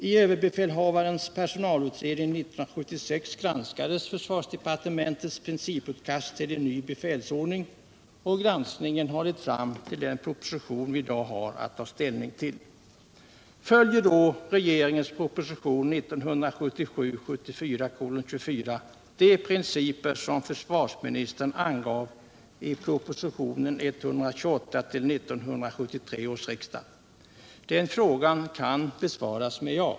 I överbefälhavarens personalutredning 1976 granskades försvarsdepartementets principutkast till en ny befälsordning. Granskningen har lett fram till den proposition som vi i dag har att ta ställning till. Följer då regeringens proposition 1977/78:24 de principer som försvarsministern angav i propositionen 128 till 1973 års riksdag? Den frågan kan besvaras med ja.